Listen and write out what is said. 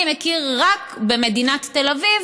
אני מכיר רק במדינת תל אביב.